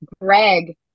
Greg